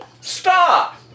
Stop